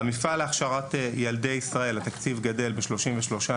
המפעל להכשרת ילדי ישראל התקציב גדל ב-33,400,000.